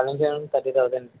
maximum thirty thousand